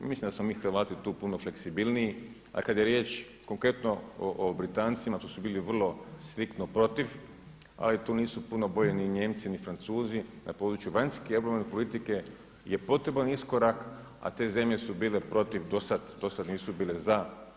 Ja mislim da smo mi Hrvati tu puno fleksibilniji, a kada je riječ konkretno o Britancima tu su bili vrlo striktno protiv, ali tu nisu puno bolji ni Nijemci, ni Francuzi na području vanjske, obrambene politike je potreban iskorak a te zemlje su bile protiv, dosad nisu bile za.